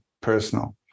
personal